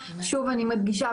שוב אני מדגישה,